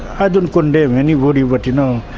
i don't condemn anybody but, you know,